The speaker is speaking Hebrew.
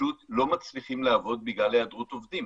פשוט לא מצליחים לעבוד בגלל היעדרות עובדים.